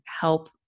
help